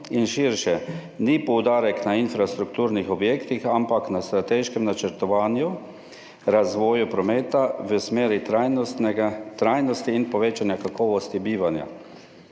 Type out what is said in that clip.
in širše, ni poudarek na infrastrukturnih objektih, ampak na strateškem načrtovanju, razvoju prometa v smeri trajnosti in povečane kakovosti bivanja.